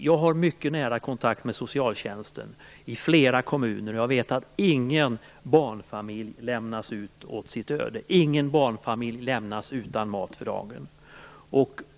Jag har mycket nära kontakt med socialtjänsten i flera kommuner, och jag vet att ingen barnfamilj lämnas åt sitt öde, ingen barnfamilj lämnas utan mat för dagen.